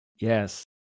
Yes